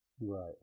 Right